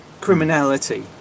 criminality